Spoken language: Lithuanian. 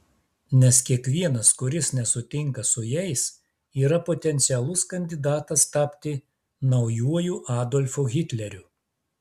nes kiekvienas kuris nesutinka su jais yra potencialus kandidatas tapti naujuoju adolfu hitleriu